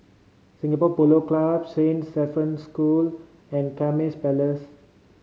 Singapore Polo Club Saint Stephen's School and Kismis Palace